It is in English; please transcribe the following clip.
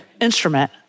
instrument